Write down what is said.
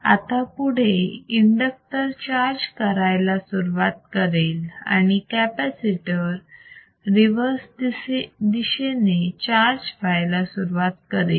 आता पुढे inductor charge करायला सुरुवात करेल आणि कॅपॅसिटर रिव्हर्स दिशेने चार्ज व्हायला सुरुवात करेल